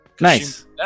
Nice